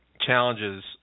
challenges